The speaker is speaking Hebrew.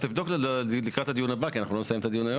אז תבדוק לקראת הדיון הבא כי אנחנו לא נסיים את הדיון היום,